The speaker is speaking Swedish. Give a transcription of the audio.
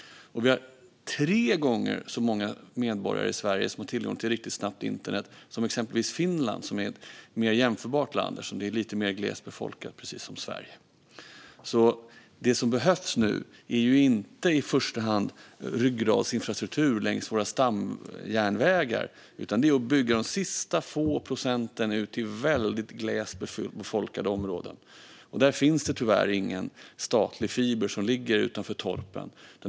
Och det är tre gånger så många medborgare i Sverige som har tillgång till riktigt snabbt internet som i exempelvis Finland, som är ett mer jämförbart land, eftersom det liksom Sverige är lite mer glesbefolkat. Det som behövs nu är inte i första hand ryggradsinfrastruktur längs våra stomjärnvägar, utan det är att bygga de sista få procenten ute i väldigt glest befolkade områden. Där finns tyvärr ingen statlig fiber som ligger utanför torpen.